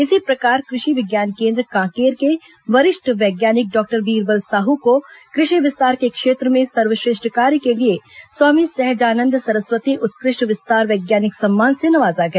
इसी प्रकार कृषि विज्ञान केन्द्र कांकेर के वरिष्ठ वैज्ञानिक डॉक्टर बीरबल साहू को कृषि विस्तार के क्षेत्र में सर्वश्रेष्ठ कार्य के लिए स्वामी सहजानंद सरस्वती उत्कृष्ट विस्तार वैज्ञानिक सम्मान से नवाजा गया